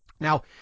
Now